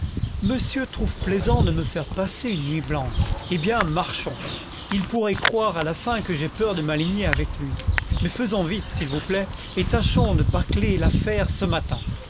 monsieur trouve plaisant de me faire passer une nuit blanche eh bien marchons il pourrait croire à la fin que j'ai peur de m'aligner avec lui mais faisons vite s'il vous plaît et tâchons de bâcler l'affaire ce matin